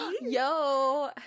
Yo